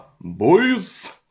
boys